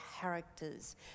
characters